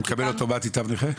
הוא מקבל אוטומטית תו נכה?